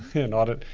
an audit,